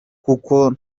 kuko